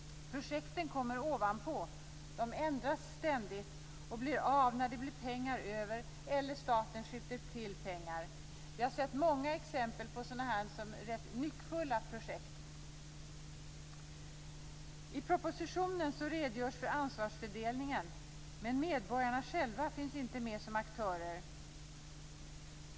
Projekten kommer ovanpå. De ändras ständigt och blir av när det blir pengar över eller när staten skjuter till pengar. Vi har sett många exempel på sådana rätt nyckfulla projekt. I propositionen redogörs för ansvarsfördelningen, men medborgarna själva finns inte med som aktörer.